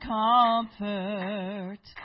comfort